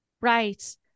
Right